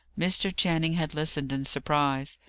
mr. channing had listened in surprise,